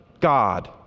God